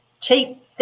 cheap